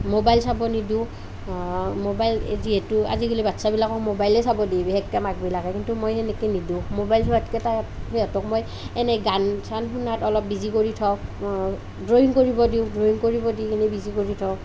mobile চাব নিদিওঁ mobile যিহেতু আজিকালি বাচ্ছাবিলাকক ম'বাইলে চাব দিয়ে বিশেষকৈ মাকবিলাকে কিন্তু মই সেনেকৈ নিদিওঁ ম'বাইল চোৱাতকৈ তাই সিহঁতক মই এনেই গান চান শুনাত অলপ বিজি কৰি থওঁ ড্ৰয়িং কৰিব দিওঁ ড্ৰয়িং কৰিব দি কিনে বিজি কৰি থওঁ